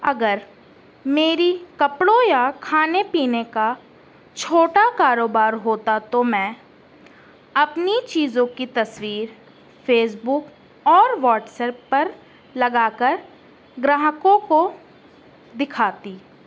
اگر میری کپڑوں یا کھانے پینے کا چھوٹا کاروبار ہوتا تو میں اپنی چیزوں کی تصویر فیس بک اور واٹس ایپ پر لگا کر گراہکوں کو دکھاتی